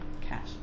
cash